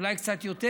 אולי קצת יותר.